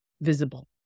visible